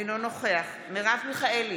אינו נוכח מרב מיכאלי,